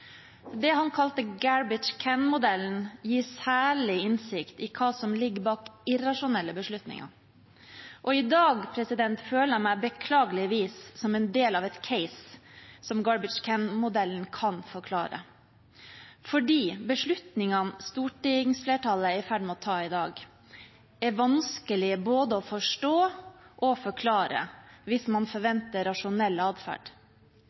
Det han kalte Garbage Can-modellen, gir særlig innsikt i hva som ligger bak irrasjonelle beslutninger. I dag føler jeg meg beklageligvis som en del av en case, som Garbage Can-modellen kan forklare: Beslutningene stortingsflertallet er i ferd med å ta i dag, er vanskelige både å forstå og forklare hvis man forventer rasjonell atferd.